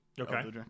Okay